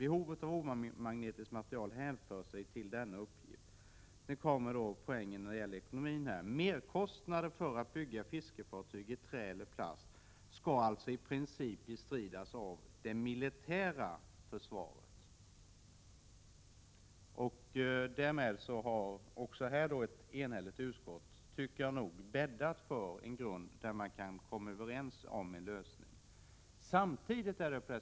Behovet av omagnetiskt material hänför sig till denna uppgift.” Sedan kommer poängen när det gäller ekonomin: ”Merkostnader för att bygga fiskefartyg i trä eller plast skall alltså i princip bestridas av det militära försvaret.” Därmed har ett enigt utskott också i detta sammanhang, tycker jag, bäddat för en grund där man kan komma överens om en lösning.